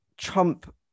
Trump